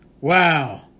wow